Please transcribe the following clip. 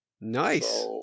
Nice